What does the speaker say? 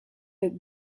être